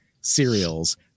cereals